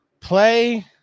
play